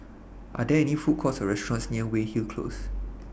Are There any Food Courts Or restaurants near Weyhill Close